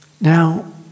Now